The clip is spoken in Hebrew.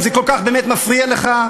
אם זה כל כך באמת מפריע לך?